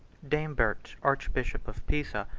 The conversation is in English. daimbert, archbishop of pisa,